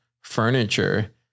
furniture